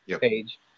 page